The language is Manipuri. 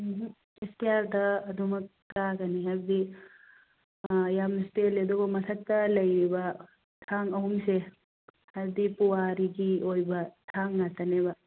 ꯎꯝꯍꯨ ꯁ꯭ꯇ꯭ꯌꯔꯗ ꯑꯗꯨꯃꯛ ꯀꯥꯒꯅꯤ ꯍꯥꯏꯕꯗꯤ ꯌꯥꯝꯅꯁꯨ ꯇꯦꯜꯂꯦ ꯑꯗꯨꯒ ꯃꯊꯛꯇ ꯂꯩꯔꯤꯕ ꯊꯥꯡ ꯑꯍꯨꯝꯁꯦ ꯍꯥꯏꯕꯗꯤ ꯄꯨꯋꯥꯔꯤꯒꯤ ꯑꯣꯏꯕ ꯊꯥꯡ ꯉꯥꯛꯇꯅꯦꯕ